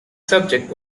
subject